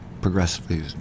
progressively